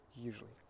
usually